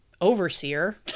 overseer